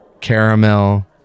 caramel